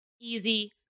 easy